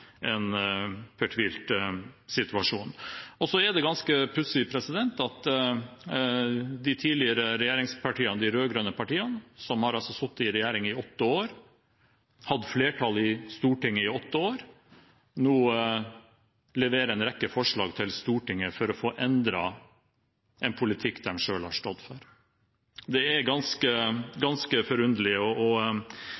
situasjon. Det er ganske pussig at de tidligere regjeringspartiene, de rød-grønne partiene, som satt i regjering i åtte år, som hadde flertall i Stortinget i åtte år, nå leverer en rekke forslag til Stortinget for å få endret en politikk de selv har stått for. Det er ganske